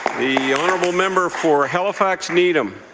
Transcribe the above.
the honourable member for halifax needham.